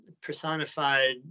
personified